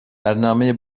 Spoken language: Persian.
برنامه